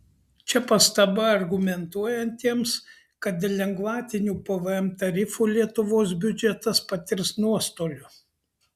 čia pastaba argumentuojantiems kad dėl lengvatinių pvm tarifų lietuvos biudžetas patirs nuostolių